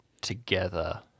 together